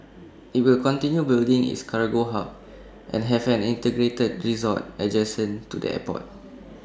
IT will continue building its cargo hub and have an integrated resort adjacent to the airport